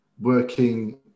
working